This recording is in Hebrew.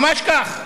ממש כך.